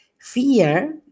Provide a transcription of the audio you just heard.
Fear